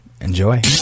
Enjoy